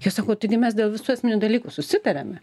jie sako taigi mes dėl visų esminių dalykų susitariame